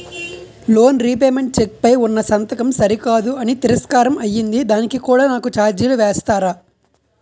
Loan repayment cheque పై ఉన్నా సంతకం సరికాదు అని తిరస్కారం అయ్యింది దానికి కూడా నాకు ఛార్జీలు వేస్తారా?